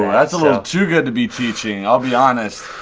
that's a little too good to be teaching, i'll be honest,